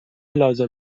لازم